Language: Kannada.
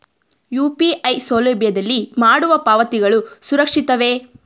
ಯು.ಪಿ.ಐ ಸೌಲಭ್ಯದಲ್ಲಿ ಮಾಡುವ ಪಾವತಿಗಳು ಸುರಕ್ಷಿತವೇ?